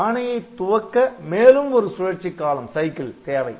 ஆணையை துவக்க மேலும் ஒரு சுழற்சிக் காலம் தேவை